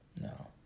No